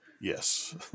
Yes